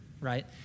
right